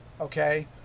okay